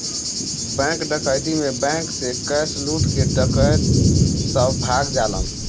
bank डकैती में bank से कैश लूट के डकैत सब भाग जालन